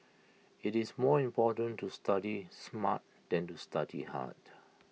IT is more important to study smart than to study hard